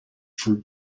fruit